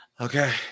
okay